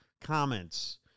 comments